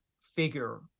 figure